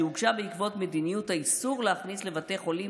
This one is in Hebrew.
שהוגשה בעקבות מדיניות האיסור להכניס לבתי חולים